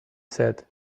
said